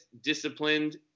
disciplined